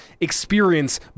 experience